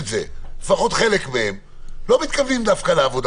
לפחות חלק ממנה, לא מתכוונת דווקא לעבודה.